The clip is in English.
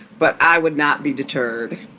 but i would not be deterred.